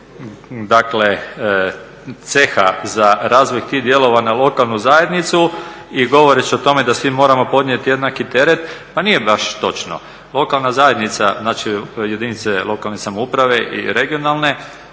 dakle ceha za razvoj tih dijelova na lokalnu zajednicu i govoreći o tome da svi moramo podnijet jednaki teret, pa nije baš točno. Lokalna zajednica, znači jedinice lokalne samouprave i regionalne